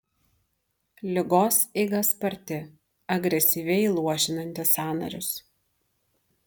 ligos eiga sparti agresyviai luošinanti sąnarius